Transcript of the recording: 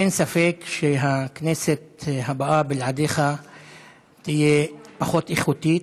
אין ספק שהכנסת הבאה בלעדיך תהיה פחות איכותית,